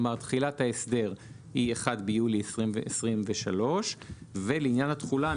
זה אומר שתחילת ההסדר היא 1 ביולי 2023 ולעניין התחולה,